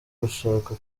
gushaka